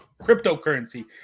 cryptocurrency